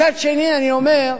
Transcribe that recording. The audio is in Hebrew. מצד שני, אני אומר: